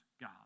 God